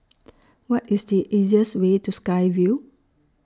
What IS The easiest Way to Sky Vue